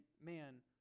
man